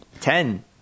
Ten